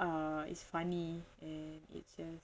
uh it's funny and it just